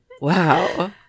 wow